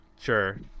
Sure